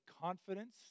confidence